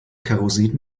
kerosin